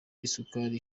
isukari